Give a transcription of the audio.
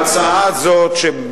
חבר הכנסת בר-און.